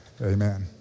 amen